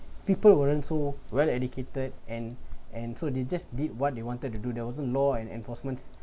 people weren't so well educated and and so they just did what they wanted to do there wasn't law and enforcement